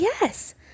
yes